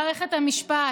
המשפט,